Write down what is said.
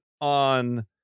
on